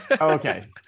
Okay